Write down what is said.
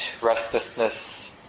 restlessness